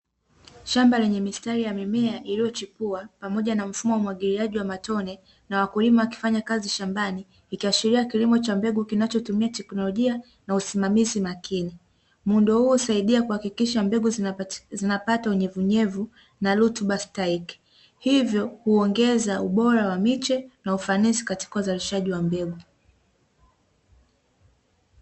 Shamba lenye mistari ya mimea iliyochipuwa pamoja na mfumo wa umwagiliaji wa matone, na wakulima wakifanya kazi shambani ikiashiria kilimo cha mbegu kinachotumia teknolojia na usimamizi makini. Muundo huo husaidia kuhakikisha mbegu zinapata unyevunyevu na rutuba stahiki hivyo, kuongeza ubora wa miche na ufanisi katika uzalishaji wa mbegu.